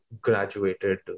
graduated